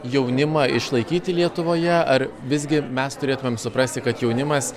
jaunimą išlaikyti lietuvoje ar visgi mes turėtumėm suprasti kad jaunimas